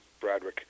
Bradrick